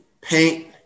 paint